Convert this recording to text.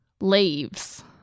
leaves –